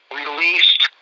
released